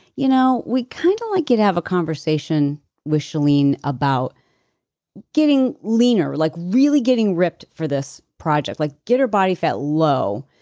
you know, we'd kind of like you to have a conversation with chalene about getting leaner. like really getting ripped for this project. like get her body fat low.